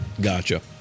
Gotcha